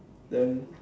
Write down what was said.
then